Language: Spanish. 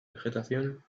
vegetación